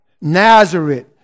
Nazareth